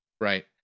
right